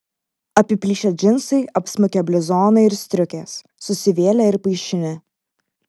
apiplyšę džinsai apsmukę bliuzonai ir striukės susivėlę ir paišini